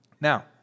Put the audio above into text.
Now